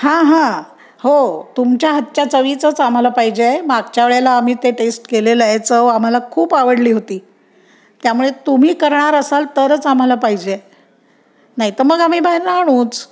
हां हां हो तुमच्या हातच्या चवीचंच आम्हाला पाहिजे आहे मागच्या वेळेला आम्ही ते टेस्ट केलेलं आहे चव आम्हाला खूप आवडली होती त्यामुळे तुम्ही करणार असाल तरच आम्हाला पाहिजे नाही तर मग आम्ही बाहेरून आणूच